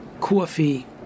coffee